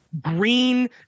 green